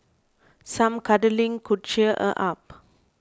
some cuddling could cheer her up